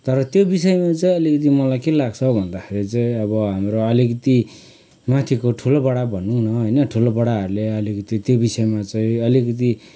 तर त्यो विषयमा चाहिँ अलिकति मलाई के लाग्छ भन्दाखेरि चाहिँ अब हाम्रो अलिकति माथिको ठुलो बडा भनौँ न होइन ठुलो बडाहरूले अलिकति त्यो विषयमा चाहिँ अलिकति